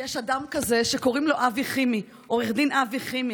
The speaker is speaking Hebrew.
יש אדם כזה שקוראים לו אבי חימי, עו"ד אבי חימי.